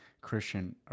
Christian